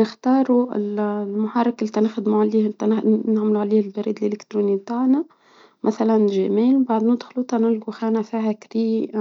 نختارو ال- المحرك اللي تخدموه اللي نعملوا عليه البريد الإلكتروني بتاعنا مثلا جيميل، بعد ندخلوا تنلقوا خانة فيها كري.